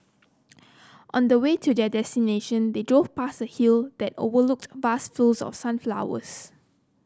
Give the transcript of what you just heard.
on the way to their destination they drove past a hill that overlooked vast fields of sunflowers